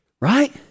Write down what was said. right